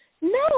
No